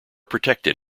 protected